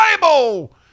Bible